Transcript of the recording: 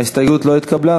ההסתייגות לא התקבלה.